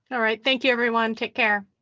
all right, thank you everyone. take care.